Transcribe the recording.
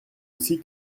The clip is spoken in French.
aussi